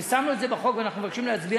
ושמנו את זה בחוק ואנחנו מבקשים להצביע